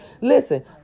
listen